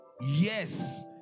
yes